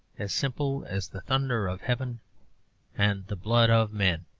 as simple as the thunder of heaven and the blood of men.